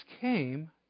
came